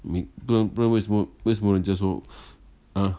每不然不然为什么为什么人家说 ah